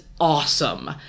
awesome